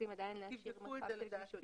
לדעתי